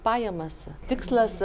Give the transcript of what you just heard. pajamas tikslas